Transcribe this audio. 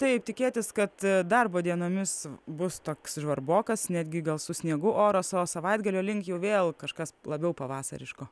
taip tikėtis kad darbo dienomis bus toks žvarbokas netgi gal su sniegu oras o savaitgalio link jau vėl kažkas labiau pavasariško